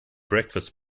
breakfast